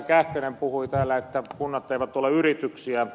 kähkönen puhui täällä että kunnat eivät ole yrityksiä